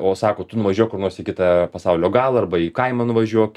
o sako tu nuvažiuok kur nors į kitą pasaulio galą arba į kaimą nuvažiuok